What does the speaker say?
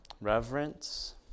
reverence